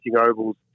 ovals